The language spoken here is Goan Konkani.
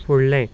फुडलें